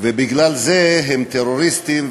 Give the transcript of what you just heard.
ובגלל זה הם טרוריסטים,